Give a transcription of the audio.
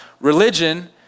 religion